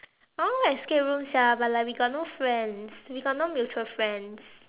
I want go escape room sia but like we got no friends we got no mutual friends